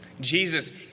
Jesus